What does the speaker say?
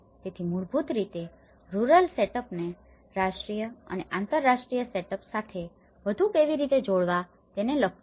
તેથી મૂળભૂત રીતે રૂરલ સેટઅપને rural set up ગ્રામીણ સુયોજન રાષ્ટ્રીય અને આંતરરાષ્ટ્રીય સેટઅપ્સ set ups સુયોજન સાથે વધુ કેવી રીતે જોડવા તેને લગતું છે